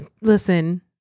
Listen